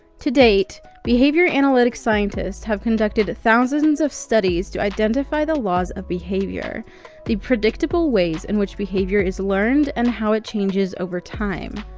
to date, behavior analytic scientists have conducted thousands of studies to identify the laws of behavior the predictable ways in which behavior is learned and how it changes over time.